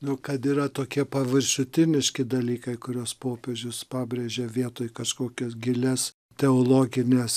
nu kad yra tokie paviršutiniški dalykai kuriuos popiežius pabrėžė vietoj kažkokias gilias teologines